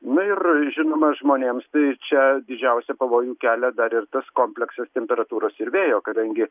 na ir žinoma žmonėms tai čia didžiausią pavojų kelia dar ir tas kompleksas temperatūros ir vėjo kadangi